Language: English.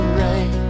right